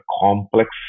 complex